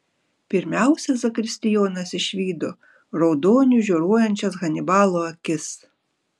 pirmiausia zakristijonas išvydo raudoniu žioruojančias hanibalo akis